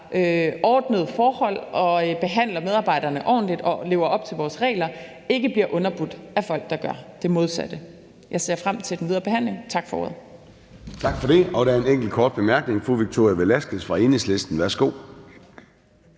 ordnede forhold og behandler medarbejderne ordentligt og lever op til vores regler, ikke bliver underbudt af folk, der gør det modsatte. Jeg ser frem til den videre behandling. Tak for ordet.